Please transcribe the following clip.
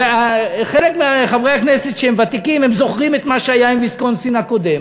וחלק מחברי הכנסת הוותיקים זוכרים מה היה עם ויסקונסין הקודמת.